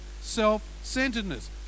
self-centeredness